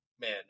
man